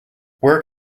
where